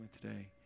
today